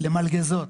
למלגזות,